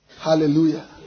Hallelujah